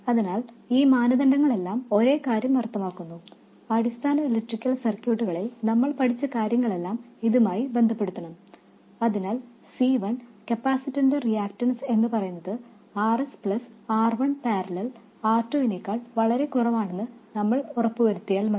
അതിനാൽ ഈ മാനദണ്ഡങ്ങളെല്ലാം ഒരേ കാര്യം അർത്ഥമാക്കുന്നു അടിസ്ഥാന ഇലക്ട്രിക്കൽ സർക്യൂട്ടുകളിൽ നമ്മൾ പഠിച്ച കാര്യങ്ങളെല്ലാം ഇതുമായി ബന്ധപ്പെടുത്തണം അതിനാൽ C1 കപ്പാസിറ്ററിന്റെ റിയാക്റ്റൻസ് എന്നുപറയുന്നത് R s R 1 ∥ R2 വിനെക്കാൾ വളരെ കുറവാണെന്ന് നമ്മൾ ഉറപ്പുവരുത്തിയാൽ മതി